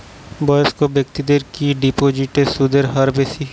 বয়স্ক ব্যেক্তিদের কি ডিপোজিটে সুদের হার বেশি?